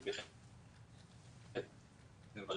--- קיום